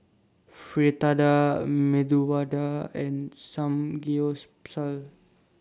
Fritada Medu Vada and Samgyeopsal